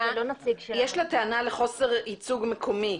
--- יש לה טענה לחוסר ייצוג מקומי.